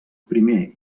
primer